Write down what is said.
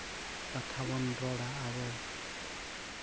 ᱠᱟᱛᱷᱟ ᱵᱚᱱ ᱨᱚᱲᱟ ᱟᱵᱚ